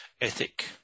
ethic